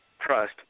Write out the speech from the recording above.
trust